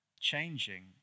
changing